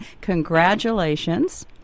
Congratulations